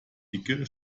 dicke